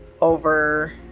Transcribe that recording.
over